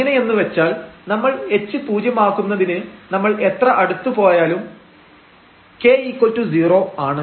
എങ്ങനെയെന്ന് വെച്ചാൽ നമ്മൾ h പൂജ്യമാകുന്നതിന് നമ്മൾ എത്ര അടുത്ത് പോയാലും k0 ആണ്